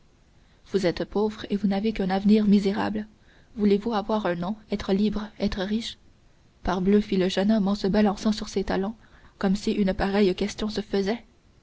vous êtes pauvre et vous n'avez qu'un avenir misérable voulez-vous avoir un nom être libre être riche parbleu fit le jeune homme en se balançant sur ses talons comme si une pareille question se faisait